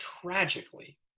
tragically